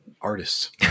artists